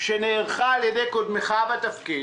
שנערכה על ידי קודמך בתפקיד,